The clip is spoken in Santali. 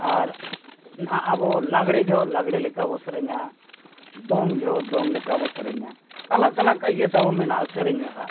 ᱟᱨ ᱱᱟᱦᱟᱜ ᱟᱵᱚ ᱞᱟᱜᱽᱲᱮ ᱡᱚᱦᱚᱜ ᱞᱟᱜᱽᱲᱮ ᱞᱮᱠᱟ ᱵᱚ ᱥᱮᱨᱮᱧᱟ ᱫᱚᱝ ᱡᱚᱦᱚᱜ ᱫᱚᱝ ᱞᱮᱠᱟ ᱵᱚ ᱥᱮᱨᱮᱧᱟ ᱟᱞᱟᱠ ᱟᱞᱟᱠ ᱤᱭᱟᱹ ᱛᱟᱵᱚ ᱢᱮᱱᱟᱜᱼᱟ ᱥᱮᱨᱮᱧ ᱨᱟᱦᱟ